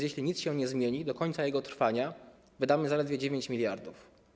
Jeśli nic się nie zmieni, do końca jego trwania wydamy zaledwie 9 mld.